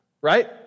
right